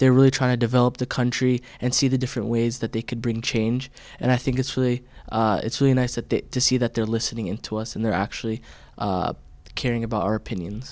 they're really trying to develop the country and see the different ways that they could bring change and i think it's really it's really nice to see that they're listening and to us and they're actually caring about our opinions